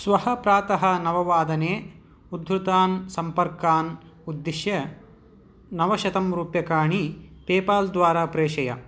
श्वः प्रातः नववादने उद्धृतान् सम्पर्कान् उद्दिश्य नवशतं रूप्यकाणि पेपाल् द्वारा प्रेषय